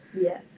yes